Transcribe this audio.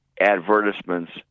advertisements